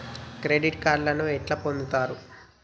Credit కార్డులను ఎట్లా పొందుతరు?